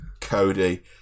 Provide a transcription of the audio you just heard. Cody